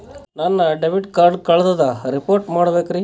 ನನ್ನ debit card ಕಳ್ದದ report ಮಾಡಬೇಕ್ರಿ